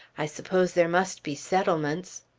i suppose there must be settlements?